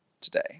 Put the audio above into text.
today